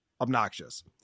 obnoxious